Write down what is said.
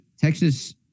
Texas